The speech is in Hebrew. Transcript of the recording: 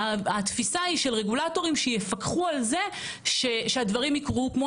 התפיסה היא שרגולטורים יפקחו על זה שהדברים יקרו כמו